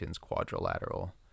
quadrilateral